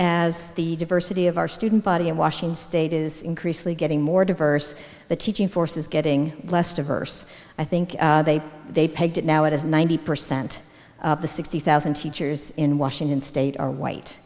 as the diversity of our student body and washington state is increasingly getting more diverse the teaching force is getting less diverse i think they pegged it now it is ninety percent of the sixty thousand teachers in washington state are white